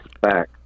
back